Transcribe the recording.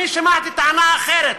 אני שמעתי טענה אחרת,